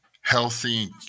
healthy